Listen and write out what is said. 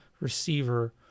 receiver